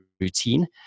routine